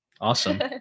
awesome